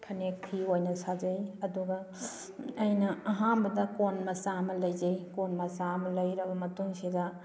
ꯐꯅꯦꯛ ꯐꯤ ꯑꯣꯏꯅ ꯁꯥꯖꯩ ꯑꯗꯨꯒ ꯑꯩꯅ ꯑꯍꯥꯟꯕꯗ ꯀꯣꯟ ꯃꯆꯥ ꯑꯃ ꯂꯩꯖꯩ ꯀꯣꯟ ꯃꯆꯥ ꯑꯃ ꯂꯩꯔꯕ ꯃꯇꯨꯡꯁꯤꯗ